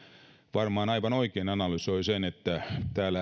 varmaan aivan oikein analysoi sen että täällä